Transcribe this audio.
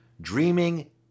dreaming